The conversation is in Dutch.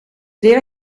weer